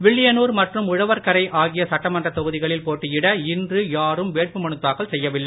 வில்லியனூர்மற்றும் உழவர்கரை ஆகிய சட்டமன்றத் தொகுதிகளில் போட்டியிட இன்று யாரும் வேட்புமனு தாக்கல் செய்யவில்லை